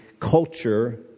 culture